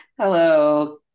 Hello